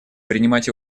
принимать